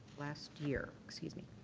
last year excuse me.